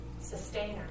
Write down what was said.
Sustainer